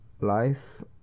life